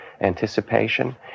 anticipation